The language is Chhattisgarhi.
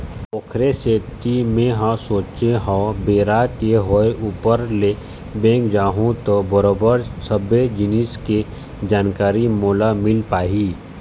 ओखरे सेती मेंहा सोचे हव बेरा के होय ऊपर ले बेंक जाहूँ त बरोबर सबे जिनिस के जानकारी मोला मिल पाही